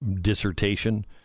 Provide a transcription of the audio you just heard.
dissertation